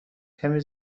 کمی